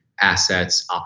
assets